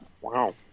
Wow